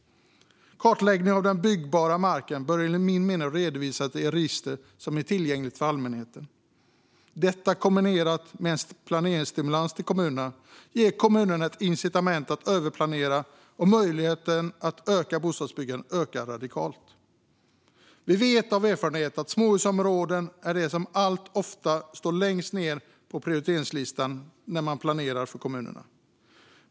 Kartläggningen av den byggbara marken bör enligt min mening redovisas i ett register som är tillgängligt för allmänheten. Detta kombinerat med en planeringsstimulans till kommunerna ger kommunerna ett incitament att överplanera, och möjligheten att öka bostadsbyggandet ökar radikalt. Vi vet av erfarenhet att småhusområden ofta står längst ned på prioriteringslistan när kommunerna planerar.